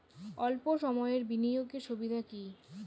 অল্প সময়ের বিনিয়োগ এর সুবিধা কি?